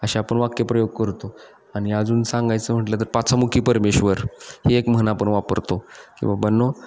अशा आपण वाक्यप्रयोग करतो आणि अजून सांगायचं म्हटलं तर पाचामुखी परमेश्वर ही एक म्हण आपण वापरतो की बाबांनो